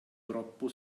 troppo